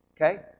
Okay